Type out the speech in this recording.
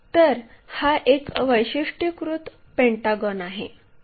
तर हा एक वैशिष्ट्यीकृत पेंटागॉन आहे